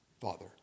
Father